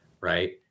right